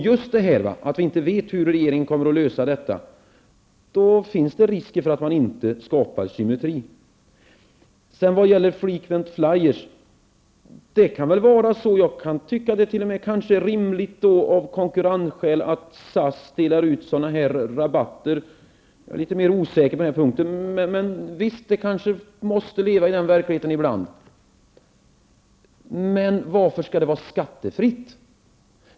Just att vi inte vet hur regeringen kommer att lösa detta gör att det finns risker för att man inte skapar symmetri. Vad gäller frequent flyers kan jag kanske t.o.m. tycka att det av konkurrensskäl är rimligt att SAS delar ut sådana här rabatter. Jag är litet osäker på den punkten. Men visst, vi måste kanske leva i den verkligheten ibland. Men varför skall detta vara skattefritt?